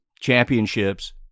championships